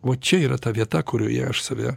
va čia yra ta vieta kurioje aš save